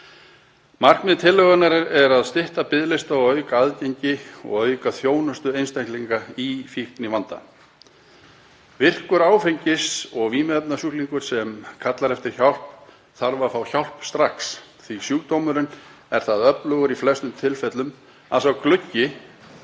Markmið tillögunnar er að stytta biðlista og auka aðgengi og þjónustu við einstaklinga í fíknivanda. Virkur áfengis- og vímuefnasjúklingur sem kallar eftir hjálp þarf að fá hjálp strax því að sjúkdómurinn er það öflugur í flestum tilfellum að sá gluggi